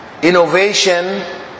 innovation